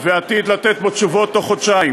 ועתיד לתת בו תשובות תוך חודשיים,